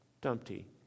Dumpty